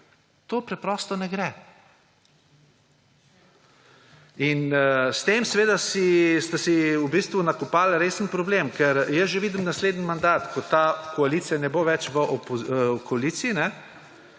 To preprosto ne gre. In s tem seveda ste si v bistvu nakopal resen problem, ker jaz že vidim naslednji mandat, ko ta koalicija ne bo več v koaliciji,